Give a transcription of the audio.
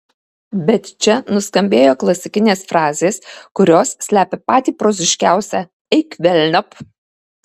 bet čia nuskambėjo klasikinės frazės kurios slepia patį proziškiausią eik velniop